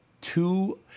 two